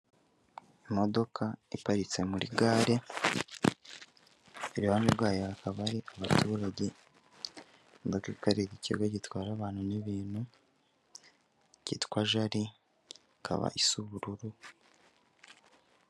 Imodoka iparitse muri gare iruhande rwayo hakaba ari abaturage kareba ikigo gitwara abantu n'ibintu gitwa jari kaba isa ubururu.